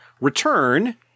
return